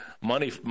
Money